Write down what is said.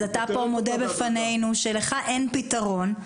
אתה פה מודה בפנינו שלך אין פתרון,